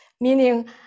meaning